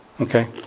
Okay